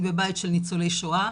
אני בבית של ניצולי שואה,